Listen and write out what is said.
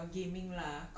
oh okay